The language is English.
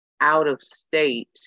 out-of-state